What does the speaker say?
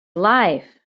life